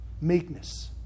Meekness